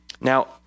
Now